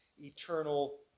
eternal